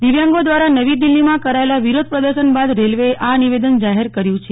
દિવ્યાંગો દ્વારા નવી દિલ્હીમાં કરાયેલા વિરોધ પ્રદર્શન બાદ રેલવેએ આ નિવેદન જાહેર કર્યું છે